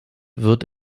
wird